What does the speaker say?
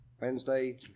Wednesday